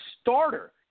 starter